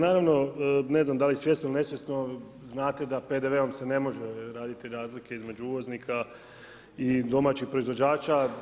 Naravno, ne znam da li svjesno ili nesvjesno, znate da PDV-om se ne može raditi razlike između uvoznika i domaćih proizvođača.